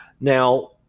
Now